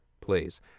please